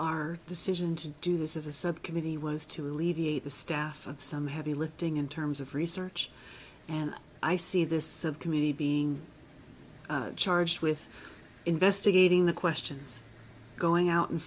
our decision to do this is a subcommittee was to alleviate the staff of some heavy lifting in terms of research and i see this of committee being charged with investigating the question's going out and